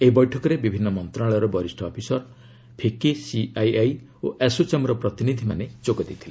ଏହି ବୈଠକରେ ବିଭିନ୍ନ ମନ୍ତ୍ରଣାଳୟର ବରିଷ୍ଠ ଅଫିସର ଫିକି ସିଆଇଆଇ ଓ ଆସୋଚାମ୍ର ପ୍ରତିନିଧିମାନେ ଯୋଗ ଦେଇଥିଲେ